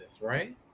right